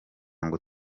ngo